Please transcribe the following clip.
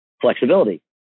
flexibility